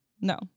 no